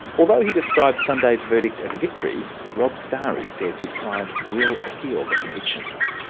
although he describes sunday's verdict as a victory, rob stary says his client will appeal the convictions.